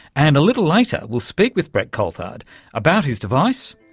and a little later we'll speak with brett coulthard about his device,